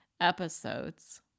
episodes